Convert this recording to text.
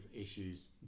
issues